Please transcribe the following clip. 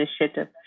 initiative